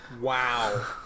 Wow